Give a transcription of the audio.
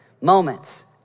moments